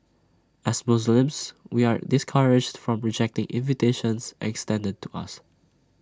as Muslims we are discouraged from rejecting invitations extended to us